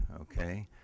okay